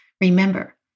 Remember